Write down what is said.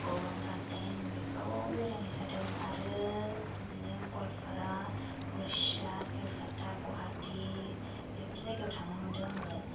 गौरां गार्डेन बेफोरावबो बेरायनाय जादों आरो बेजों गवालपारा उड़ीसा केलकाता गुवाहाटी बेफोर जायगायाव थांनो मोन्दों आङो